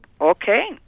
Okay